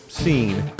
scene